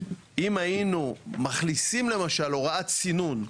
אם היינו מכניסים למשל הוראת צינון.